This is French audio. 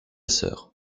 sœur